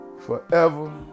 forever